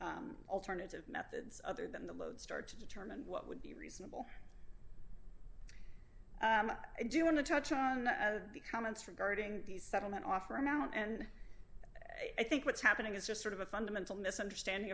alternative methods other than the lodestar to determine what would be reasonable i do want to touch on the comments regarding the settlement offer amount and i think what's happening is just sort of a fundamental misunderstanding